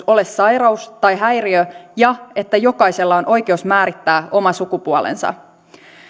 ole sairaus tai häiriö ja että jokaisella on oikeus määrittää oma sukupuolensa